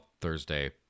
Thursday